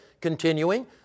Continuing